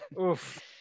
Oof